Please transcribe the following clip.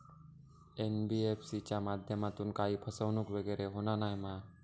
NBFC च्या माध्यमातून काही फसवणूक वगैरे होना नाय मा?